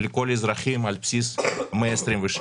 לכל האזרחים על בסיס 126,